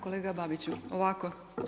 Kolega Babiću, ovako.